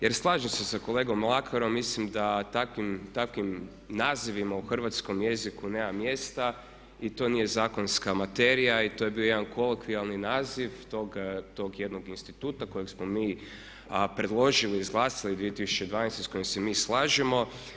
Jer slažem se sa kolegom Mlakarom, mislim da takvim nazivima u hrvatskom jeziku nema mjesta i to nije zakonska materija i to je bio jedan kolokvijalni naziv tog jednog instituta kojeg smo mi predložili, izglasali 2012., s kojim se mi slažemo.